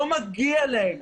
לא מגיע להם,